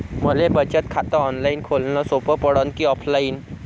मले बचत खात ऑनलाईन खोलन सोपं पडन की ऑफलाईन?